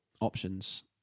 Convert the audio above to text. options